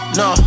no